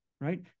right